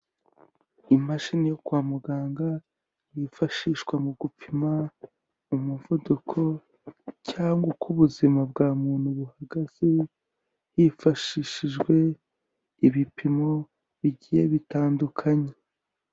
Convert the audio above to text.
Imashini yo kwa muganga yifashishwa mu gupima umuvuduko cyangwa uko ubuzima bwa muntu buhagaze hifashishijwe ibipimo bigiye bitandukanye.